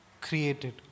created